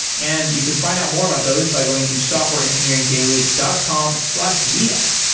and you can find out more about those by going to softwareengineeringdaily dot com slash meetup.